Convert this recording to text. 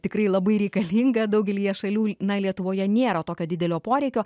tikrai labai reikalinga daugelyje šalių na lietuvoje nėra tokio didelio poreikio